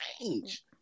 change